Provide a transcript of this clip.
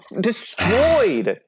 destroyed